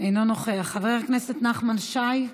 אינו נוכח, חבר הכנסת נחמן שי,